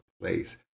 place